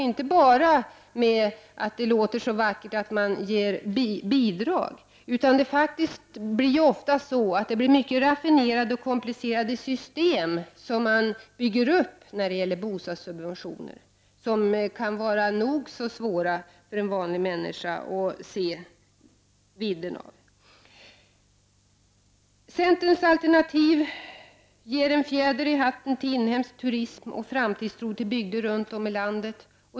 Det låter så vackert med bidrag. Men det är ofta mycket raffinerade och komplicerade system som skapas när det gäller bostadssubventioner som kan vara nog så svåra för en vanlig människa att se vidden av. Centerns alternativ ger en fjäder i hatten till inhemsk turism och framtids tro i bygder runt om i landet.